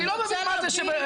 אני לא מבין מה זה,